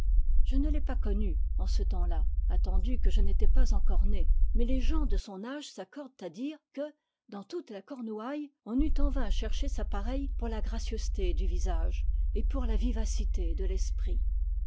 je ne l'ai pas connue en ce temps-là attendu que je n'étais pas encore née mais les gens de son âge s'accordent à dire que dans toute la cornouail les on eût en vain cherché sa pareille pour la gracieuseté du visage et pour la vivacité de l'esprit